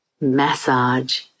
massage